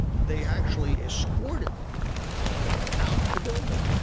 they actually escorted me out the building,